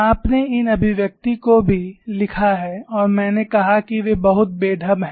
आपने इन अभिव्यक्ति को भी लिखा है और मैंने कहा कि वे बहुत बेढब हैं